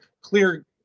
clear